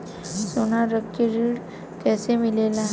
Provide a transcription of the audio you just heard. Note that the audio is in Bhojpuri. सोना रख के ऋण कैसे मिलेला?